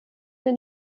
den